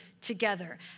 together